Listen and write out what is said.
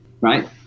right